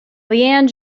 leanne